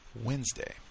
Wednesday